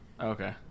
Okay